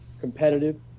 competitive